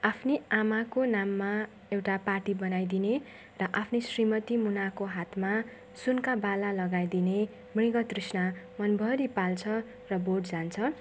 आफ्नी आमाको नाममा एउटा पाटी बनाइदिने र आफ्नी श्रीमती मुनाको हातमा सुनका बाला लगाइदिने मृगतृष्णा मनभरि पाल्छ र भोट जान्छ